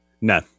No